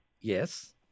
Yes